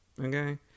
Okay